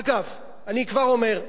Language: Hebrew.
אגב, אני כבר אומר: